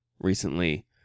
recently